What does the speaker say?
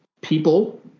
people